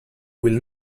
will